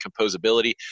composability